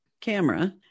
camera